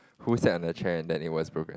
who sat on the chair and then it was broken